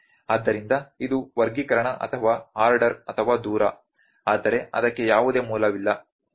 ಆದ್ದರಿಂದ ಇದು ವರ್ಗೀಕರಣ ಅಥವಾ ಆರ್ಡರ್ ಅಥವಾ ದೂರ ಆದರೆ ಅದಕ್ಕೆ ಯಾವುದೇ ಮೂಲವಿಲ್ಲ